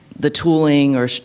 the tooling or